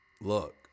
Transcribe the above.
Look